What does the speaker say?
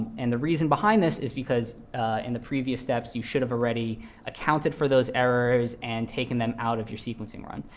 and the reason behind this is because in the previous steps, you should have already accounted for those errors, and taken them out of your sequencing run.